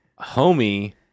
homie